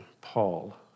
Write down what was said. Paul